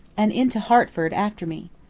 and into hertford after me.